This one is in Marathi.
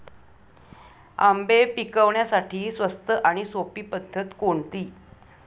आंबे पिकवण्यासाठी स्वस्त आणि सोपी पद्धत कोणती?